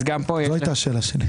גם פה משרד המשפטים יסביר